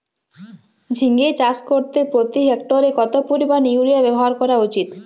ঝিঙে চাষ করতে প্রতি হেক্টরে কত পরিমান ইউরিয়া ব্যবহার করা উচিৎ?